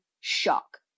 shock